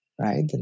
Right